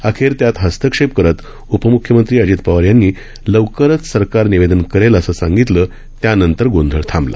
अखेर त्यात हस्तक्षेप करत उपम्ख्यमंत्री अजित पवार यांनी लवकरच सरकार निवेदन करेलअसं सांगितलं त्यानंतर गोंधळ थाबला